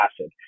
acid